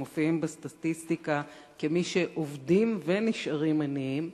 אותם עובדים שבסטטיסטיקה הם מופיעים כמי שעובדים ועדיין נשארים עניים,